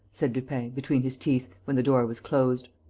said lupin, between his teeth, when the door was closed.